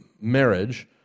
marriage